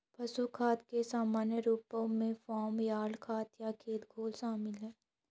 पशु खाद के सामान्य रूपों में फार्म यार्ड खाद या खेत घोल शामिल हैं